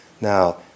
Now